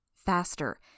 Faster